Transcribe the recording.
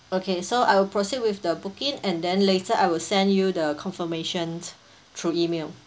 okay so I will proceed with the booking and then later I will send you the confirmation through email